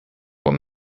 what